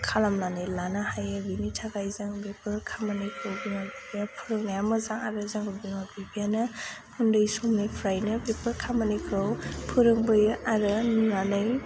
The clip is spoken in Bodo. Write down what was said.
खालामनानै लानो हायो बेनि थाखाय जों बेफोर खामानिखौ बिमा बिफाया फोरोंनाया मोजां आरो जोंखौ बिमा बिफायानो उन्दै समनिफ्रायनो बेफोर खामानिखौ फोरोंबोयो आरो नुनानै